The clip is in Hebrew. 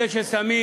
אלה ששמים